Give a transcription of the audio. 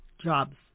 jobs